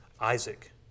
Isaac